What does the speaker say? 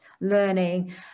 learning